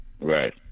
Right